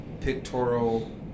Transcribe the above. Pictorial